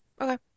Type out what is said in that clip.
Okay